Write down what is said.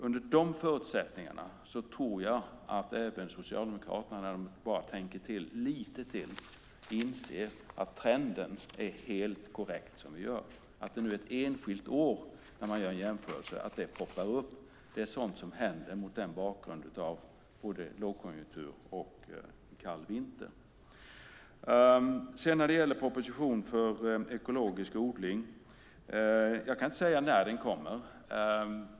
Under de förutsättningarna tror jag att även Socialdemokraterna, bara de tänker till lite till, inser att trenden är helt korrekt. Att ett enskilt år poppar upp när man gör en jämförelse är sådant som händer mot bakgrund av både lågkonjunktur och kall vinter. När det gäller en proposition för ekologisk odling kan jag inte säga när den kommer.